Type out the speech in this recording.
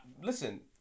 Listen